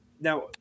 Now